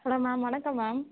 hello ma'am வணக்கம் ma'am